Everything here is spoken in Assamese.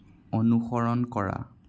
অনুসৰণ কৰা